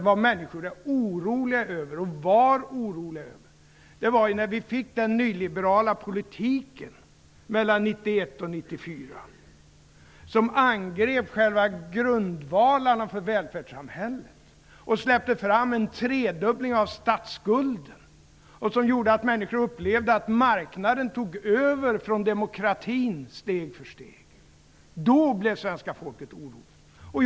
Vad människor är, och var, oroliga över är den nyliberala politik som vi fick 1991-1994 som angrep själva grundvalarna för välfärdssamhället och släppte fram en tredubbling av statsskulden och som gjorde att människor upplevde att marknaden steg för steg tog över från demokratin. Då blev svenska folket oroligt.